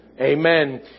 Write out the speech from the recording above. Amen